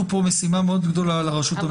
פה משימה מאוד גדולה על הרשות המבצעת.